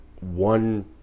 One